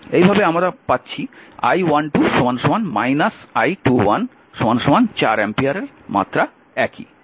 এইভাবে আমাদের কাছে I12 I21 4 অ্যাম্পিয়ারের মাত্রা একই